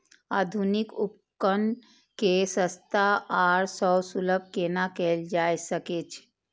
आधुनिक उपकण के सस्ता आर सर्वसुलभ केना कैयल जाए सकेछ?